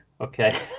okay